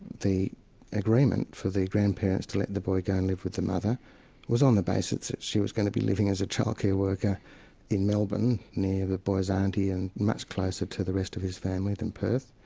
the agreement for the grandparents to let the boy go and live with the mother was on the basis that she was going to be living as a child care worker in melbourne, near the boy's auntie and much closer to the rest of his family than perth.